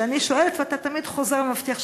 שאני שואלת ואתה תמיד חוזר ומבטיח.